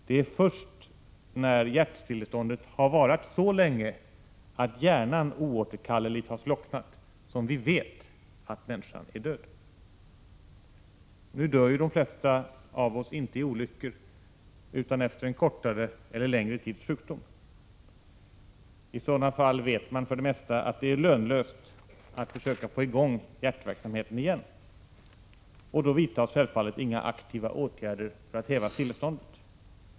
Det är först när hjärtstilleståndet har varat så länge att hjärnan oåterkalleligt har slocknat som vi vet att människan är död. Nu dör ju de flesta av oss inte i olyckor utan efter en kortare eller längre tids sjukdom. I sådana fall vet man för det mesta att det är lönlöst att försöka få i gång hjärtverksamheten igen, och då vidtas självfallet inga aktiva åtgärder för att häva stilleståndet.